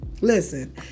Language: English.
Listen